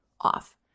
off